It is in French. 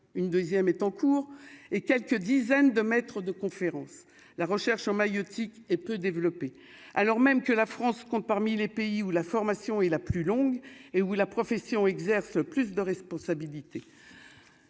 une 2ème est en cours et quelques dizaines de maîtres de conférence, la recherche en maïeutique est peu développé alors même que la France compte parmi les pays où la formation est la plus longue et où la profession exerce plus de responsabilités,